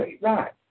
right